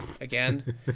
again